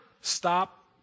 stop